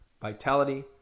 vitality